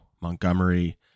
Montgomery